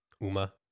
Uma